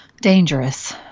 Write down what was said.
dangerous